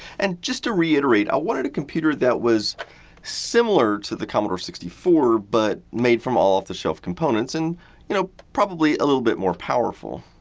and just to reiterate, i just wanted a computer that was similar to the commodore sixty four but made from all off the shelf components and you know probably a little bit more powerful.